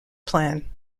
plan